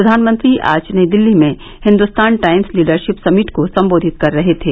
प्रधानमंत्री आज नई दिल्ली में हिंदुस्तान टाइम्स लीडरशिप समिट को संबोधित कर रहे थे